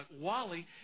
Wally